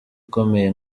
ikomeye